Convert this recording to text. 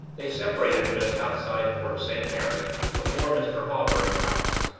they separated just outside port st. mary, before mr. hawbury's house,